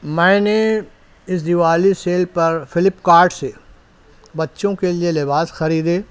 میں نے اس دیوالی سیل پر فلپ کارٹ سے بچوں کے لیے لباس خریدے